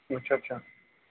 अच्छा अच्छा